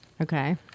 Okay